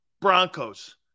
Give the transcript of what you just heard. Broncos